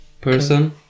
person